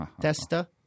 testa